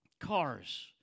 cars